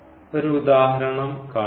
ഒരു ഉദാഹരണം കാണിക്കുന്നു